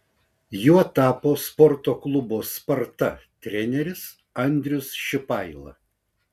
juo tapo sporto klubo sparta treneris andrius šipaila